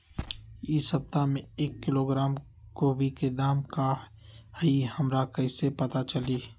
इ सप्ताह में एक किलोग्राम गोभी के दाम का हई हमरा कईसे पता चली?